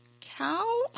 Cow